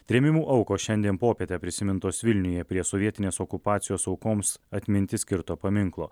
trėmimų aukos šiandien popietę prisimintos vilniuje prie sovietinės okupacijos aukoms atminti skirto paminklo